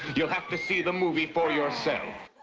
you'll have to see the movie for yourself.